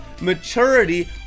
Maturity